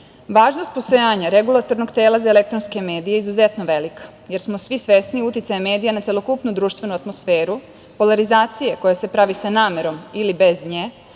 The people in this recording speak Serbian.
ne. Važnost postojanja Regulatornog tela za elektronske medije je izuzetno velika, jer smo svi svesni uticaja medija na celokupnu društvenu atmosferu, polarizacija koje se pravi sa namerom ili bez nje,